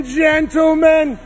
gentlemen